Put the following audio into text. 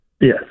Yes